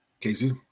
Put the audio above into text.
Casey